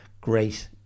Great